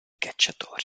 cacciatori